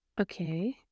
Okay